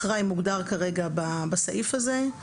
אחראי מוגדר כרגע בסעיף הזה.